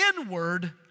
inward